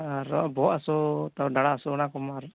ᱟᱨᱚ ᱵᱚᱦᱚᱜ ᱦᱟᱹᱥᱩ ᱰᱟᱸᱰᱟ ᱦᱟᱹᱥᱩ ᱚᱱᱟ ᱠᱚᱢᱟ ᱟᱨᱚ